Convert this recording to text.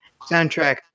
Soundtrack